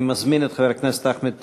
אני מזמין את חבר הכנסת אחמד טיבי.